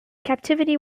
captivity